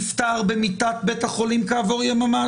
נפטר במיטת בית החולים כעבור יממה,